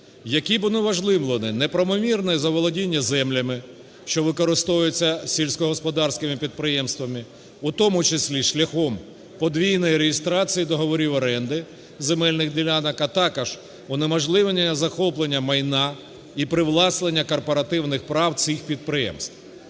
які б унеможливили неправомірне заволодіння землями, що використовуються сільськогосподарськими підприємствами, у тому числі шляхом подвійної реєстрації договорів оренди земельних ділянок, а також унеможливлення захоплення майна і привласнення корпоративних прав цих підприємств.